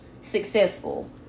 successful